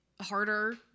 harder